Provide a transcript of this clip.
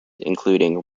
including